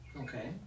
Okay